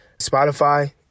Spotify